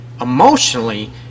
emotionally